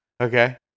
Okay